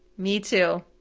me too.